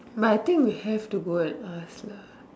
but I think we have to go at last lah